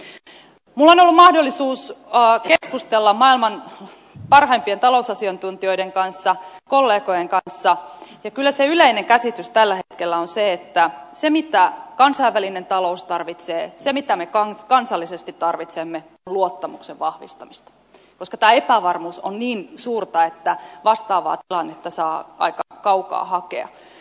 minulla on ollut mahdollisuus keskustella maailman parhaimpien talousasiantuntijoiden kanssa kollegojen kanssa ja kyllä se yleinen käsitys tällä hetkellä on se että se mitä kansainvälinen talous tarvitsee se mitä me kansallisesti tarvitsemme on luottamuksen vahvistaminen koska tämä epävarmuus on niin suurta että vastaavaa tilannetta saa aika kaukaa hakea